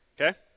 Okay